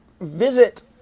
visit